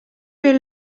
bet